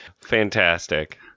Fantastic